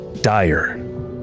dire